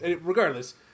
regardless